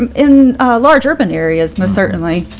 um in large urban areas, most certainly,